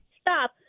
Stop